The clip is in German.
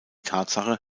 tatsache